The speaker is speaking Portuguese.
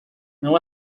não